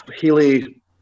Healy